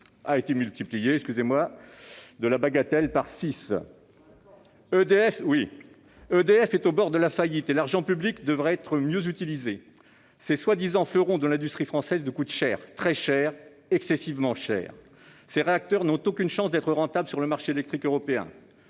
a été multiplié par six- une bagatelle ! Pour l'instant ! EDF est au bord de la faillite et l'argent public devrait être mieux utilisé. Ces prétendus fleurons de l'industrie française nous coûtent cher, très cher, excessivement cher. Ces réacteurs n'ont aucune chance d'être rentables sur le marché électrique européen.